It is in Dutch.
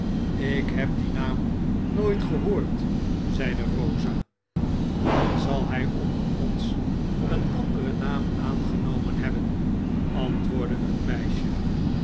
ik heb dien naam nooit gehoord zeide rosa dan zal hij onder ons een andere naam aangenomen hebben antwoordde het meisje